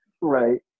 right